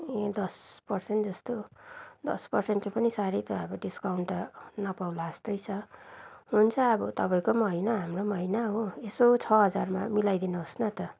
ए दस पर्सेन्ट जस्तो दस पर्सेन्ट पनि साह्रो त अब डिस्काउन्ट त नपाउँला जस्तो छ हुन्छ अब तपाईँको होइन हाम्रो होइन हो यसो छ हजारमा मिलाइदिनु होस् न त